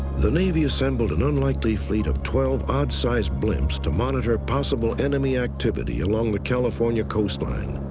the navy assembled an unlikely fleet of twelve odd sized blimps to monitor possible enemy activity along the california coastline.